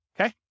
Okay